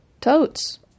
totes